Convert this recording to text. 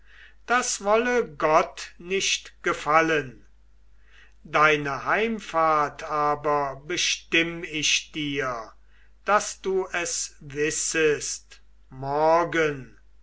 das wolle gott nicht gefallen deine heimfahrt aber bestimm ich dir daß du es wissest morgen